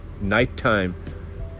nighttime